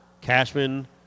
Cashman